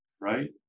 right